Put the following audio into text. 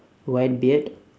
white beard